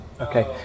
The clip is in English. okay